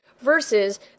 versus